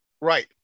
Right